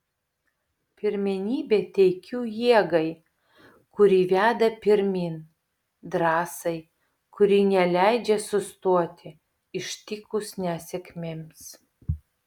pirmenybę teikiu jėgai kuri veda pirmyn drąsai kuri neleidžia sustoti ištikus nesėkmėms